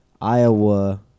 Iowa